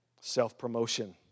Self-promotion